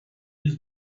his